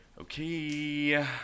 Okay